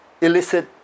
illicit